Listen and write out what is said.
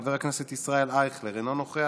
חבר הכנסת ישראל אייכלר אינו נוכח,